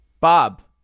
Bob